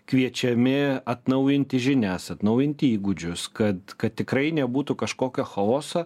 kviečiami atnaujinti žinias atnaujinti įgūdžius kad kad tikrai nebūtų kažkokio chaoso